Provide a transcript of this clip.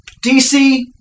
DC